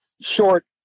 short